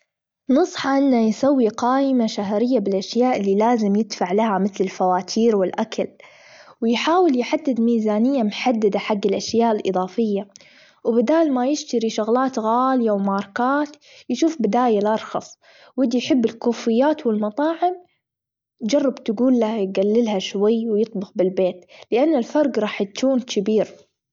نص حالنا يسوي قايمة شهرية بالأشياء اللي لازم يدفع لها متل الفواتير، والأكل ويحاول يحدد ميزانية محددة حج الأشياء الإضافية وبدال ما يشتري شغلات غالية وماركات يشوف بدايل أرخص، ودي يحب الكوفيات والمطاعم جرب تجول له يجللها شوي ويطبخ بالبيت لأن الفرق راح يكون تبير.